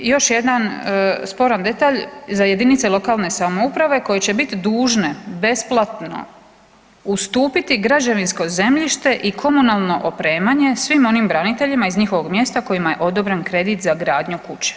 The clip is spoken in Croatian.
Još jedan sporan detalj za jedinice lokalne samouprave koje će biti dužne besplatno ustupiti građevinsko zemljište i komunalno opremanje svim onim braniteljima iz njihovog mjesta kojima je odobren kredit za gradnju kuće.